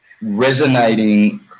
resonating